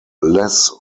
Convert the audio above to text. less